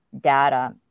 data